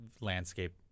landscape